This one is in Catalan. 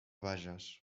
bages